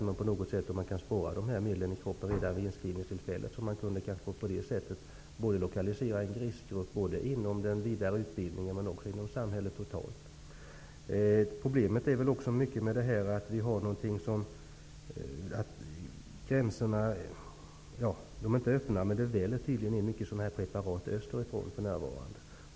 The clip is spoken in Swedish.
Om man på något sätt kunde spåra dessa medel i kroppen redan vid inskrivningstillfället, kunde man kanske lokalisera en riskgrupp inom den vidare utbildningen men även inom samhället totalt. Ett problem är också att det trots att gränserna inte är öppna tydligen väller in sådana här preparat österifrån för närvarande.